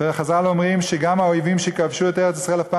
וחז"ל אומרים שגם האויבים שכבשו את ארץ-ישראל אף פעם